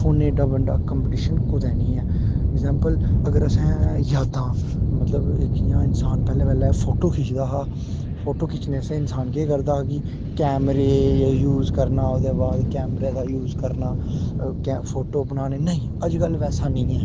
फोनें दा एड्डा बड्डा कम्पीटिशन कुदै निं ऐ एग्जॉम्पल अगर असें यादां मतलब इक जि'यां इंसान पैह्लें पैह्लें फोटो खिच्चदा हा फोटो खिच्चनें आस्तै इंसान केह् करदा हा कि कैमरे यूज़ करना ओह्दे बाद कैमरे दा यूज़ करना फोटो बनाने नेईं अज्जकल वैसा नेईं ऐ